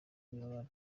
wibabara